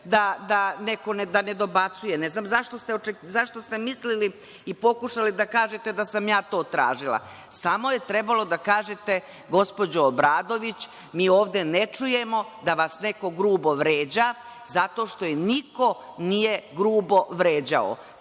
da neko ne dobacuje. Ne znam zašto ste mislili i pokušali da kažete da sam ja to tražila. Samo je trebalo da kažete - gospođo Obradović, mi ovde ne čujemo da vas neko grubo vređa, zato što je niko nije grubo vređao.